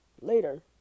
later